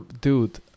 dude